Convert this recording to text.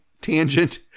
tangent